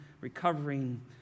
recovering